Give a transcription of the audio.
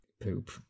Poop